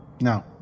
no